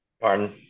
Pardon